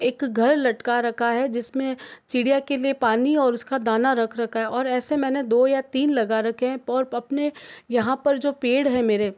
एक घर लटका रखा है जिसमें चिड़िया के लिए पानी और उसका दाना रख रखा है और ऐसे मैंने दो या तीन लगा रखे हैं पर अपने यहाँ पर जो पेड़ हैं मेरे